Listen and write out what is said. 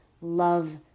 love